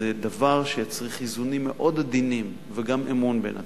זה דבר שיצריך איזונים מאוד עדינים וגם אמון בין הצדדים,